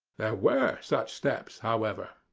there were such steps, however.